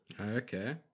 Okay